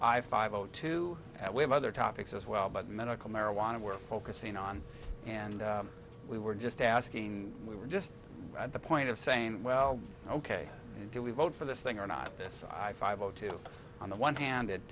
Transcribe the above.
i five o two that we have other topics as well but medical marijuana we're focusing on and we were just asking we were just at the point of saying well ok do we vote for this thing or not this i five o two on the one hand